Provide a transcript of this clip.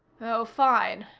oh, fine,